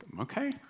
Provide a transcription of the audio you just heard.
okay